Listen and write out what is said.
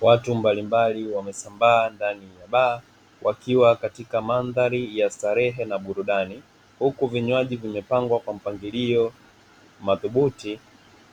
Watu mbalimbali wamesambaa ndani ya baa, wakiwa katika mandhari ya starehe na burudani, huku vinywaji vimepangwa kwa mpangilio madhubuti